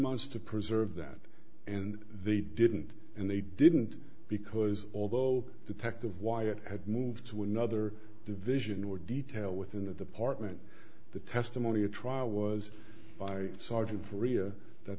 months to preserve that and they didn't and they didn't because although detective wyatt had moved to another division or detail within the department the testimony or trial was by sergeant f